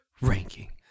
ranking